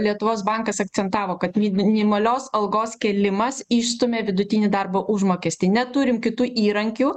lietuvos bankas akcentavo kad minimalios algos kėlimas išstumia vidutinį darbo užmokestį neturim kitų įrankių